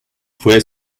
fue